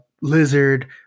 Lizard